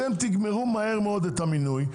אתם תגמרו מהר מאוד את המינוי,